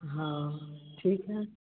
हाँ ठीक है